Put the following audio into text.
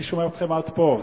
אני שומע אתכם עד פה.